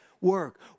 work